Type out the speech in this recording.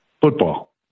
football